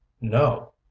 No